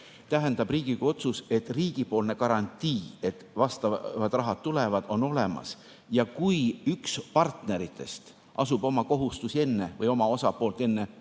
tähendab Riigikogu otsus, et riigipoolne garantii, vastavad rahad tulevad, on olemas. Kui üks partneritest asub oma kohustusi enne, või oma osapoolt enne